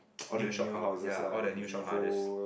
new shop house ya all the new shop houses